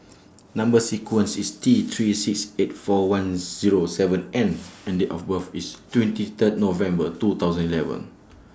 Number sequence IS T three six eight four one Zero seven N and Date of birth IS twenty Third November two thousand eleven